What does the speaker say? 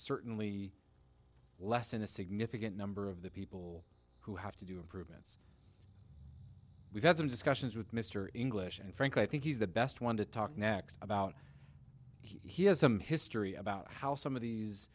certainly lessen a significant number of the people who have to do improvements we've had some discussions with mr english and frankly i think he's the best one to talk next about he has some history about how some of these